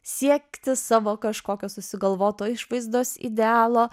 siekti savo kažkokio susigalvoto išvaizdos idealo